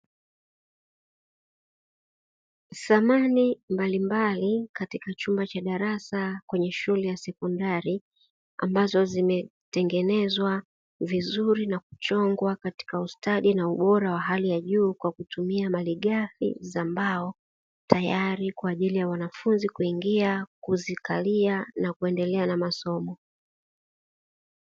Samani mbalimbali katika chumba cha darasa kwenye shule ya sekondari, ambazo zimetengenezwa vizuri na kuchongwa katika ustadi na ubora wa hali ya juu kwa kutumia malighafi za mbao; tayari kwa ajili ya wanafunzi: kuingia, kuzikalia, na kuendelea na masomo.